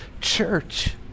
church